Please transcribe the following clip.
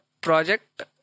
project